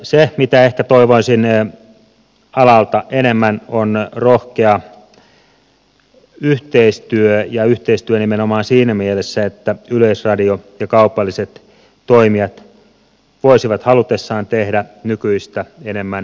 se mitä ehkä toivoisin alalta enemmän on rohkea yhteistyö ja yhteistyö nimenomaan siinä mielessä että yleisradio ja kaupalliset toimijat voisivat halutessaan tehdä nykyistä enemmän yhteistyötä